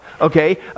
Okay